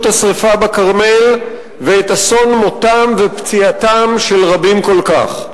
השרפה בכרמל ואת אסון מותם ופציעתם של רבים כל כך.